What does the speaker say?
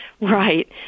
Right